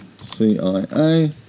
CIA